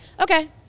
okay